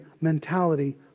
mentality